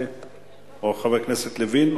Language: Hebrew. חבר הכנסת לוין,